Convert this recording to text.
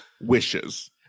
Wishes